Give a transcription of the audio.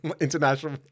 international